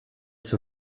zur